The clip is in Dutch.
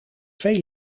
veel